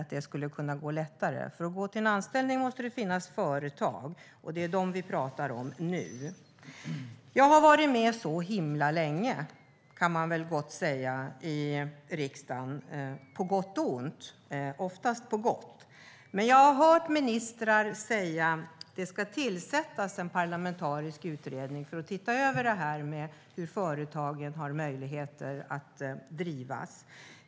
För att det ska finnas anställningar måste det finnas företag, och det är företagen som vi pratar om nu. Jag har varit med så himla länge, kan man gott säga i riksdagen, på gott och ont, oftast på gott. Men jag har hört ministrar säga att det ska tillsättas en parlamentarisk utredning för att se över möjligheterna att driva företag.